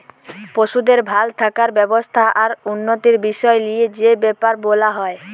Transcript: পশুদের ভাল থাকার ব্যবস্থা আর উন্নতির বিষয় লিয়ে যে বেপার বোলা হয়